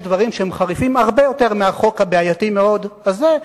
יש דברים שהם חריפים הרבה יותר מהחוק הבעייתי מאוד הזה,